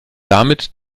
damit